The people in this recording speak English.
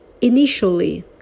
Initially